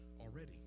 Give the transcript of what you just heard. already